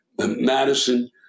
Madison